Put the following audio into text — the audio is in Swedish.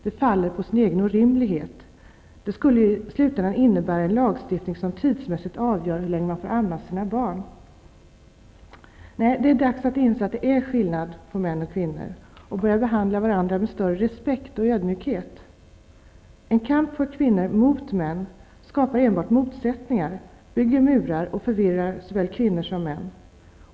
Det faller på sin egen orimlighet. Det skulle ju i slutändan innebära en lagstiftning som tidsmässigt avgör hur länge man får amma sina barn. Nej, det är dags att inse att det är skillnad på män och kvinnor och att börja behandla varandra med större respekt och ödmjukhet. En kamp för kvinnor, men mot män, skapar enbart motsättningar, bygger murar och förvirrar såväl kvinnor som män.